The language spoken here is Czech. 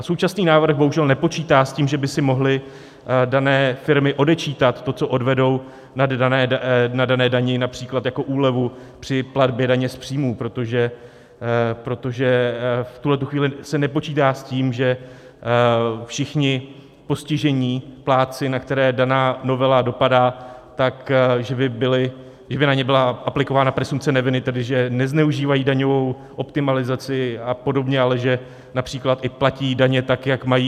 Současný návrh bohužel nepočítá s tím, že by si mohly dané firmy odečítat to, co odvedou na dané dani, například jako úlevu při platbě daně z příjmu, protože v tuto chvíli se nepočítá s tím, že všichni postižení plátci, na které daná novela dopadá, že by na ně byla aplikována presumpce neviny, tedy že nezneužívají daňovou optimalizaci a podobně, ale že například i platí daně tak, jak mají.